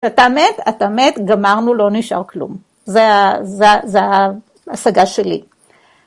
אתה מת, אתה מת, גמרנו, לא נשאר כלום. זו ההשגה שלי.